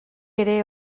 ere